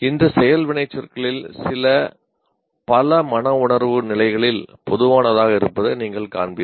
இந்த செயல் வினைச்சொற்களில் சில பல மனவுணர்வு நிலைகளில் பொதுவானதாக இருப்பதை நீங்கள் காண்பீர்கள்